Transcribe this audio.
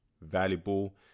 valuable